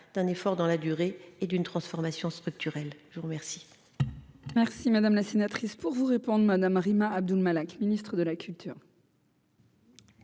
d'un effort dans la durée et d'une transformation structurelle, je vous remercie.